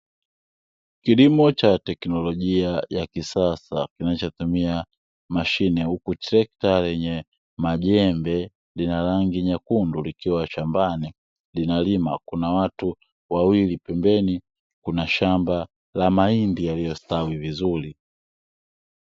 Kilimo cha teknolojia ya kisasa, kinachotumia mashine huku trekta lenye majembe, lina rangi nyekundu, likiwa shambani linalimwa.